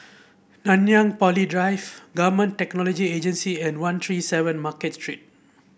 Nanyang Poly Drive Government Technology Agency and One Three Seven Market Street